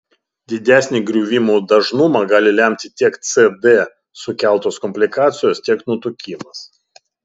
didesnį griuvimų dažnumą gali lemti tiek cd sukeltos komplikacijos tiek nutukimas